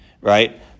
right